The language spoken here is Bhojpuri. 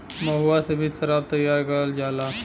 महुआ से भी सराब तैयार करल जाला